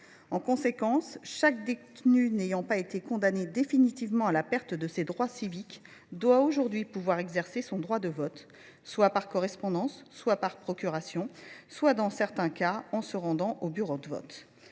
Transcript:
En conséquence, tous les détenus n’ayant pas été condamnés définitivement à la perte de leurs droits civiques doivent pouvoir aujourd’hui exercer leur droit de vote, soit par correspondance, soit par procuration, voire, dans certains cas, en se rendant dans un bureau de vote.